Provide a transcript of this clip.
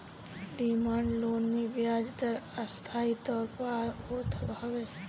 demand loan मे बियाज दर अस्थाई तौर पअ होत हवे